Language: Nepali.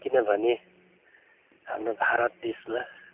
किनभने हाम्रो भारत देशमा